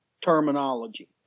terminology